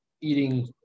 eating